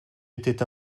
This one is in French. etait